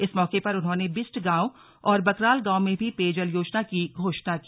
इस मौके पर उन्होंने बिष्ट गांव और बकराल गांव में भी पेयजल योजना की घोषणा की